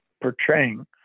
portraying